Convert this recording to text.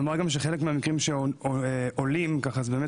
נאמר גם שחלק מהמקרים שעולים זה באמת